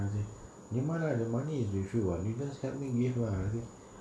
I say give my lah the money if you want you just helping give lah I say